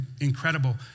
incredible